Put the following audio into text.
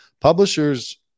Publishers